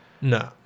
No